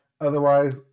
Otherwise